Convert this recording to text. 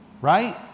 right